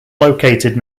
located